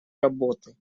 работы